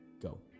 go